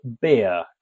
Beer